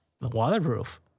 waterproof